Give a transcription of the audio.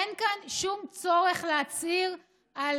אין שום צורך להצהיר על